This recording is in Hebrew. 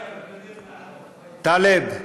טלב,